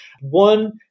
One